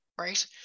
right